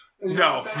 No